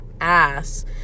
ass